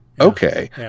okay